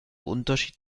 unterschied